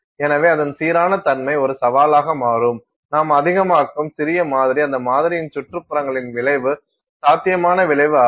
எனவே அதன் சீரான தன்மை ஒரு சவாலாக மாறும் நாம் அதிகமாக்கும் சிறிய மாதிரி அந்த மாதிரியின் சுற்றுப்புறங்களின் விளைவு சாத்தியமான விளைவு ஆகும்